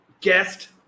guest